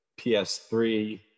ps3